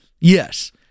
Yes